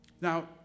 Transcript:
Now